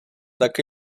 tak